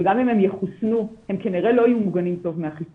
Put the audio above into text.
וגם אם הם יחוסנו הם כנראה לא יהיו מוגנים טוב מהחיסון,